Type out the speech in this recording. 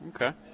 okay